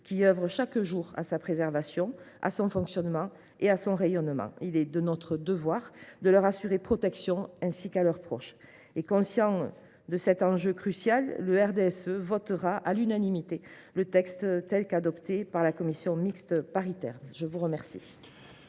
qui œuvrent chaque jour à sa préservation, à son fonctionnement et à son rayonnement. Il est de notre devoir de leur assurer protection, ainsi qu’à leurs proches. Conscient de cet enjeu crucial, le groupe RDSE votera à l’unanimité le texte résultant des travaux de la commission mixte paritaire. La parole